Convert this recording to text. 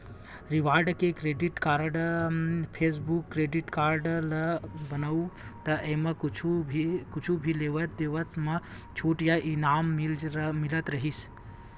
reward credit card, cashback credit card ल बउरबे त एमा कुछु भी लेवइ देवइ म छूट या इनाम मिलत रहिथे